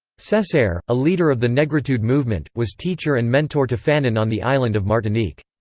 cesaire, a leader of the negritude movement, was teacher and mentor to fanon on the island of martinique.